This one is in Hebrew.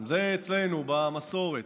זה אצלנו במסורת.